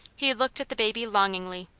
he looked at the baby longingly.